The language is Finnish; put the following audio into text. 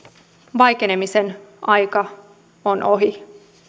vaikenemisen aika on ohi